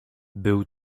był